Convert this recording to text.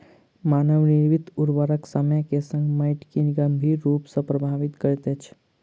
मानव निर्मित उर्वरक समय के संग माइट के गंभीर रूप सॅ प्रभावित करैत अछि